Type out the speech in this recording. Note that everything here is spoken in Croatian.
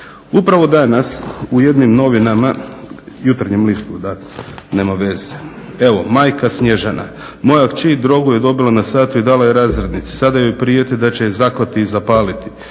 Upravo danas u jednim novinama, "Jutarnjem listu" da, nema veze, evo majka Snježana: "Moja kći drogu je dobila na satu i dala je razrednici. Sada joj prijete da će je zaklati i zapaliti.